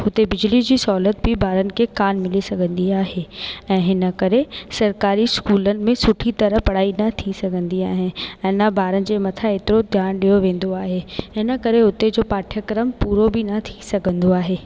हुते बिजली जी सहूलत बि ॿारनि खे कोन मिली सघंदी आहे ऐं हिन करे सरकारी स्कूल में सुठी तरह पढ़ाई न थी सघंदी आहे ऐं न ॿारनि जे मथा एतिरो ध्यानु ॾियो वेंदो आहे हिन करे हुते जो पाठ्यक्रम पूरो बि न थी सघंदो आहे